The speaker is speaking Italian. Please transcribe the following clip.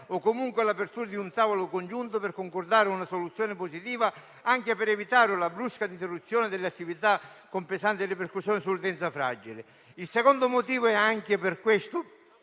o comunque all'apertura di un tavolo congiunto per concordare una soluzione positiva, anche per evitare la brusca interruzione delle attività, con pesanti ripercussioni sull'utenza fragile. Il secondo motivo è che questo